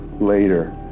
later